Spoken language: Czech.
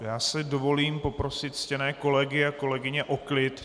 Já si dovolím poprosit ctěné kolegy a kolegyně o klid.